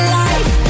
life